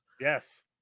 Yes